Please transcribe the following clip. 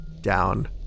down